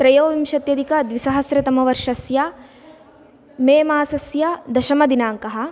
त्रयोविंशत्यधिकद्विसहस्रतमवर्षस्य मे मासस्य दशमदिनाङ्कः